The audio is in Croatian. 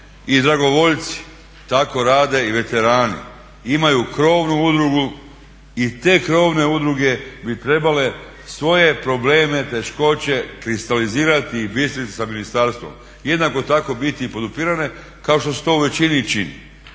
i dragovoljci, tako rade i veterane. Imaju krovnu udrugu i te krovne udruge bi trebale svoje probleme, teškoće kristalizirati i bistrit sa ministarstvom. Jednako tako biti i podupirane kao što se to u većini i čini.